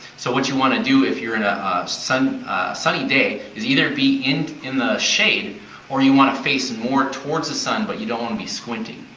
so what you want to do if youire in a sunny day is either be in in the shade or you want to face more towards the sun but you don't want to be squinting.